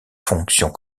fonctions